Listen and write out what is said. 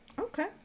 Okay